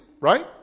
right